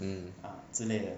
mm